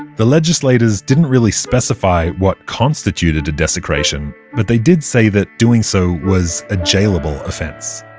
the legislators didn't really specify what constituted a desecration, but they did say that doing so was a jailable offence